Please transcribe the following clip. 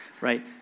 right